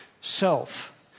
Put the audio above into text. self